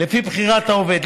לפי בחירת העובד.